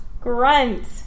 Grunt